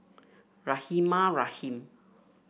Rahimah Rahim